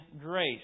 grace